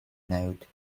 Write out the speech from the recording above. note